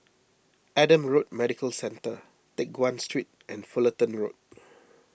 Adam Road Medical Centre Teck Guan Street and Fullerton Road